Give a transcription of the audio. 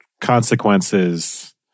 consequences